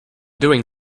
doing